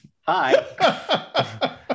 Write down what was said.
Hi